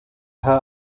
her